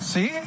See